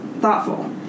Thoughtful